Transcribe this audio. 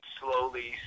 slowly